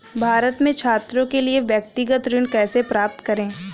भारत में छात्रों के लिए व्यक्तिगत ऋण कैसे प्राप्त करें?